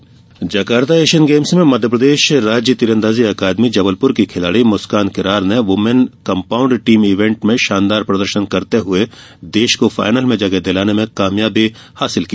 Asian खेल Jakarta Asian games में मध्यप्रदेश राज्य तीरंदाजी अकादमी जबलपुर की खिलाड़ी मुस्कान किरार ने वूमेन कम्पाउंड टीम इवेंट में शानदार प्रदर्शन करते हुए देश को फाइनल में जगह दिलान में कामयाबी हासिल की